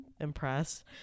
impressed